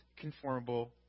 conformable